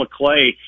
McClay